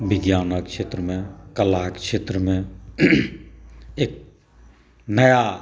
विज्ञानक क्षेत्र मे कला के क्षेत्र मे एक नया